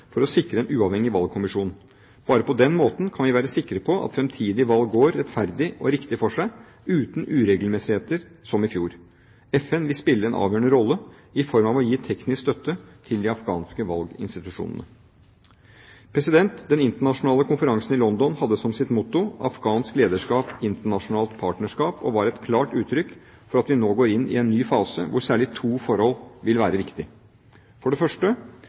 for å sikre en uavhengig valgkommisjon. Bare på den måten kan vi være sikre på at fremtidige valg går rettferdig og riktig for seg, uten uregelmessigheter som i fjor. FN vil spille en avgjørende rolle i form av å gi teknisk støtte til de afghanske valginstitusjonene. Den internasjonale konferansen i London hadde som sitt motto «Afghansk lederskap – internasjonalt partnerskap» og var et klart uttrykk for at vi nå går inn i en ny fase, hvor særlig to forhold vil være viktig: for det første